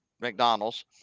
McDonald's